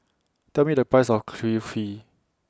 Tell Me The Price of Kulfi